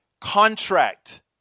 contract